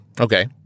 okay